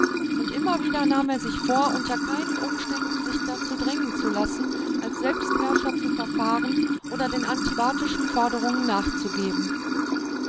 und immer wieder nahm er sich vor unter keinen umständen sich dazu drängen zu lassen als selbstherrscher zu verfahren oder den